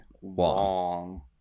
Wong